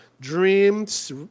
dreams